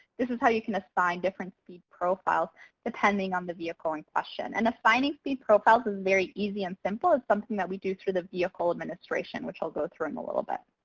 this is how you can assign different speed profiles depending on the vehicle in question. and assigning speed profiles is very easy and simple. it's something that we do through the vehicle administration, which i'll go through in a little bit.